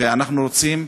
ואנחנו רוצים,